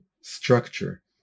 structure